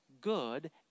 good